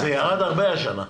וירד הרבה השנה.